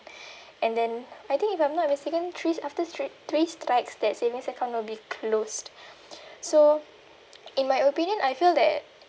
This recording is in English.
and then I think if I'm not mistaken three after three three strikes that savings account will be closed so in my opinion I feel that